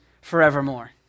forevermore